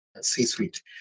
C-suite